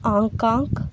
Hong Kong